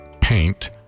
paint